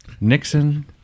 Nixon